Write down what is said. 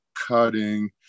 cutting